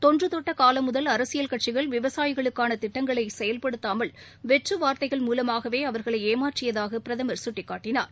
தொன்றுதொட்ட காலம் முதல் அரசியல் கட்சிகள் விவசாயிகளுக்காள திட்டங்களை செயல்படுத்தாமல் வெற்று வார்த்தைகள் மூலமாகவே அவர்களை ஏமாற்றியதாக பிரதமர் சுட்டிக்காட்டினார்